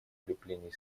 укреплении